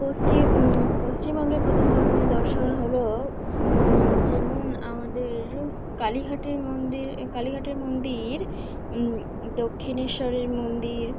পশ্চিম পশ্চিমবঙ্গের প্রধান ধর্মীয় দর্শন হলো যেমন আমাদের কালীঘাটের মন্দির কালীঘাটের মন্দির দক্ষিণেশ্বরের মন্দির